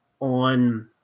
on